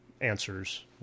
answers